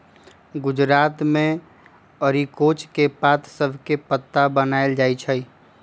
गुजरात मे अरिकोच के पात सभसे पत्रा बनाएल जाइ छइ